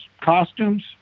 costumes